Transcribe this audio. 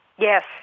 Yes